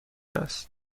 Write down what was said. است